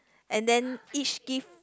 and then each give